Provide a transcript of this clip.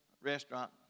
restaurant